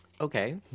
Okay